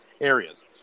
areas